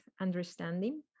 understanding